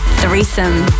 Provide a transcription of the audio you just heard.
threesome